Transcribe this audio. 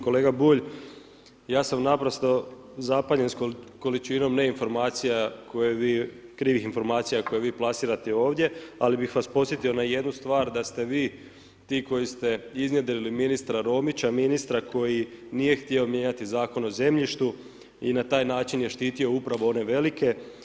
Kolega Bulj, ja sam naprosto zapanjen sa količinom ne informacija koje vi, krivih informacija koje vi plasirate ovdje ali bih vas podsjetio na jednu stvar da ste vi ti koji ste iznjedrili ministra Romića, ministra koji nije htio mijenjati Zakon o zemljištu i na taj način je štitio upravo one velike.